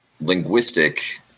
linguistic